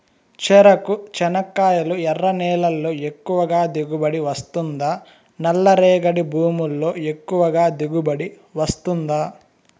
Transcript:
చెరకు, చెనక్కాయలు ఎర్ర నేలల్లో ఎక్కువగా దిగుబడి వస్తుందా నల్ల రేగడి భూముల్లో ఎక్కువగా దిగుబడి వస్తుందా